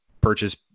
purchase